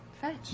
fetch